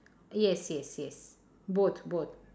yes yes yes both both